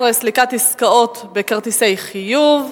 17) (סליקת עסקאות בכרטיסי חיוב),